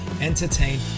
entertain